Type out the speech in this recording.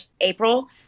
April